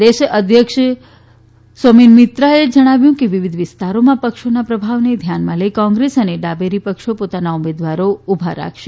પ્રદેશ કોંગ્રેસ અધ્યક્ષ સોમેન મિત્રાએ જણાવ્યું છે કે વિવિધ વિસ્તારોમાં પક્ષોના પ્રભાવને ધ્યાનમાં લઈને કોંગ્રેસ અને ડાબેરી પક્ષો પોતાના ઉમેદવારો ઉભા રાખશે